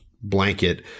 blanket